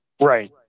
Right